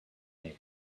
name